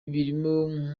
birimo